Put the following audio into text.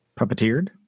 Puppeteered